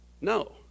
no